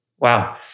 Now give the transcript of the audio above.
Wow